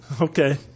Okay